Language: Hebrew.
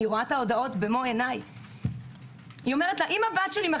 מתקשרת לאימא אחרת ואומרת לה: הבת שלך